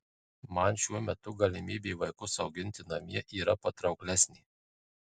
man šiuo metu galimybė vaikus auginti namie yra patrauklesnė